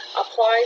applies